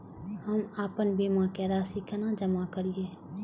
हम आपन बीमा के राशि केना जमा करिए?